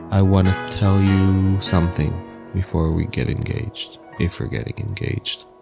i want to tell you something before we get engaged, if we're getting engaged.